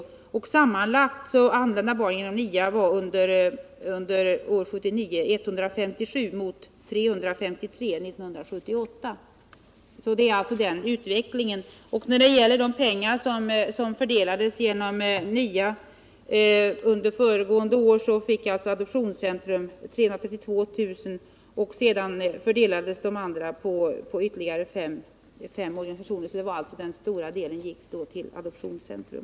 Utvecklingen visas också av att det sammanlagda antalet barn som anlänt genom NIA år 1979 var 157 mot 353 år 1978. När det gäller de medel som fördelades genom NIA under föregående år fick Adoptionscentrum 332 000 kr. De återstående medlen fördelades sedan på de övriga fem organisationerna. Den större delen gick alltså till Adoptionscentrum.